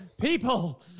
People